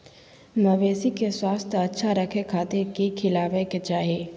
मवेसी के स्वास्थ्य अच्छा रखे खातिर की खिलावे के चाही?